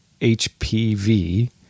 HPV